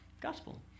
Gospel